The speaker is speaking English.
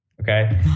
Okay